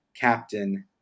Captain